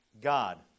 God